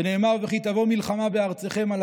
שנאמר: "וכי תבֹאו מלחמה בארצכם על